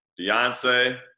Beyonce